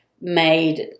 made